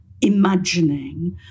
imagining